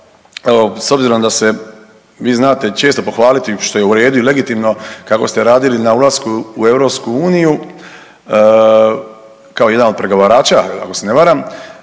s obzirom da se vi znate često pohvaliti što je u redu i legitimno kako ste radili na ulasku u EU kao jedan od pregovarača ako se ne varam,